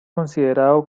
considerado